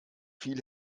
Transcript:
viel